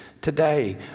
Today